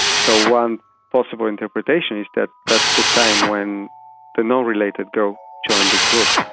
so one possible interpretation is that that's the time when the non-related girl joined the group.